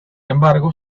embargo